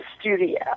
studio